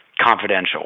confidential